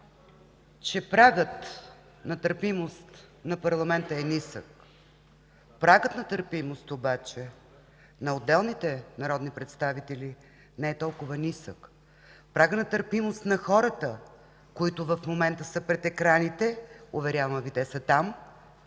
че прагът на търпимост на парламента е нисък. Прагът на търпимост обаче на отделните народни представители не е толкова нисък, прагът на търпимост на хората, които в момента са пред екраните, уверявам Ви те са там,